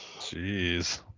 Jeez